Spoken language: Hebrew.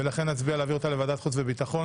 ולכן נצביע להעביר אותה לוועדת החוץ והביטחון.